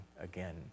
again